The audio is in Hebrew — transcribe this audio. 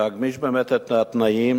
להגמיש באמת את התנאים